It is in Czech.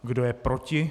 Kde je proti?